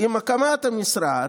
"עם הקמת המשרד"